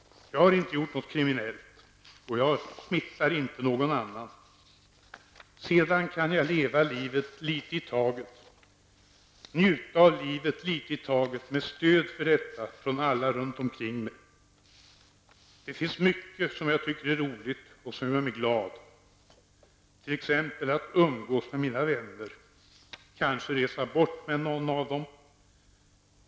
Jag har inte gjort något kriminellt och jag smittar inte någon annan! Sedan kan jag leva litet i taget, njuta av livet lite i taget med stöd för detta från alla runtomkring mig. Det finns mycket som jag tycker är roligt och som gör mig glad. T.ex. att umgås med mina vänner, kanske resa bort med någon av dem.